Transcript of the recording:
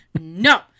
No